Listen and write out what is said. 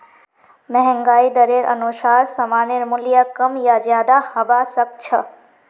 महंगाई दरेर अनुसार सामानेर मूल्य कम या ज्यादा हबा सख छ